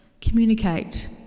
communicate